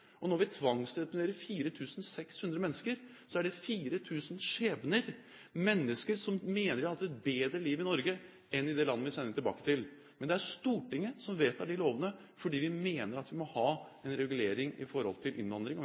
tvangsreturnerer 4 600 mennesker, er det over 4 000 skjebner – mennesker som mener de har hatt et bedre liv i Norge enn de vil få i det landet vi sender dem tilbake til. Men det er Stortinget som vedtar lovene, fordi vi mener at vi må ha en regulering når det gjelder innvandring og hvem som får lov til